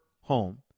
home